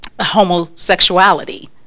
homosexuality